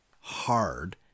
hard